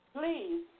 please